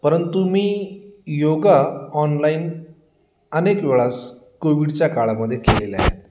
परंतु मी योगा ऑनलाईन अनेक वेळास कोविडच्या काळामध्ये केलेल्या आहेत